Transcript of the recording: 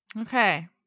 Okay